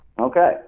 Okay